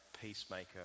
peacemaker